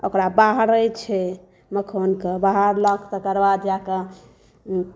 ओकरा बाहरै छै मखानके बहारलक तकर बाद जाए कऽ